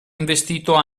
investito